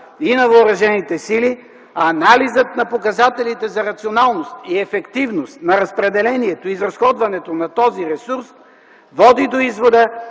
и на Въоръжените сили, анализът на показателите за рационалност и ефективност на разпределението и изразходването на този ресурс води до извода,